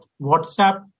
WhatsApp